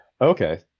Okay